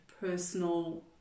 personal